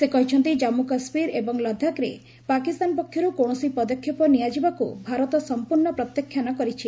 ସେ କହିଛନ୍ତି ଜାମ୍ମୁ କାଶ୍ମୀର ଏବଂ ଲଦାଖରେ ପାକିସ୍ତାନ ପକ୍ଷରୁ କୌଣସି ପଦକ୍ଷେପ ନିଆଯିବାକୁ ଭାରତ ସମ୍ପର୍ଶ୍ଣ ପ୍ରତ୍ୟାଖ୍ୟାନ କରିଛି